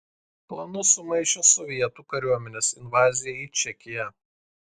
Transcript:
planus sumaišė sovietų kariuomenės invazija į čekiją